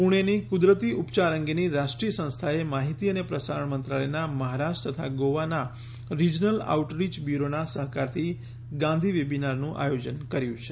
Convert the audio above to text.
પુણેની કુદરતી ઉપચાર અંગેની રાષ્ટ્રીય સંસ્થાએ માહિતી અને પ્રસારણ મંત્રાલયના મહારાષ્ટ્ર તથા ગોવાના રિજનલ આઉટરીય બ્યૂરોના સહકારથી ગાંધી વેબીનારનું આયોજન કર્યું છે